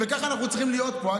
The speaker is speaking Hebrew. ככה אנחנו צריכים להיות פה,